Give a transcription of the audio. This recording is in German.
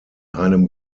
einem